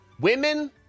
Women